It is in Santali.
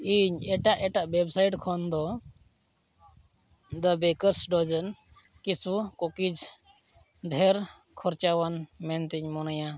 ᱤᱧ ᱮᱴᱟᱜ ᱮᱴᱟᱜ ᱚᱭᱮᱵᱽᱥᱟᱭᱤᱴ ᱠᱷᱚᱱᱫᱚ ᱫᱟ ᱵᱮᱠᱟᱨᱥ ᱰᱳᱡᱮᱱ ᱠᱮᱥᱮᱭᱚ ᱠᱩᱠᱤᱡᱽ ᱰᱷᱮᱨ ᱠᱷᱚᱨᱪᱟᱣᱟᱱ ᱢᱮᱱᱛᱮᱧ ᱢᱚᱱᱮᱭᱟ